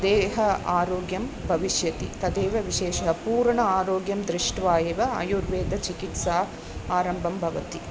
देहस्य आरोग्यं भविष्यति तदेव विशेषं पूर्णम् आरोग्यं दृष्ट्वा एव आयुर्वेदचिकित्साम् आरम्भं भवति